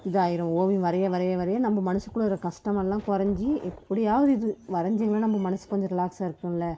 இதாகிரும் ஓவியம் வரைய வரைய வரைய நம்ம மனதுக்குள்ள இருக்க கஷ்டமெல்லாம் குறைஞ்சி எப்படியாவது இது வரைஞ்சிங்கன்னா நம்ம மனதுக்கு கொஞ்சம் ரிலாக்ஸாக இருக்கும்லே